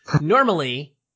normally